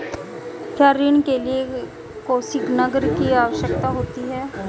क्या ऋण के लिए कोसिग्नर की आवश्यकता होती है?